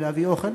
בלהביא אוכל,